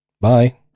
Bye